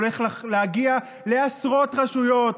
הולך להגיע לעשרות רשויות,